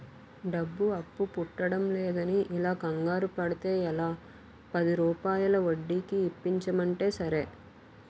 డబ్బు అప్పు పుట్టడంలేదని ఇలా కంగారు పడితే ఎలా, పదిరూపాయల వడ్డీకి ఇప్పించమంటే సరే